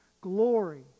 glory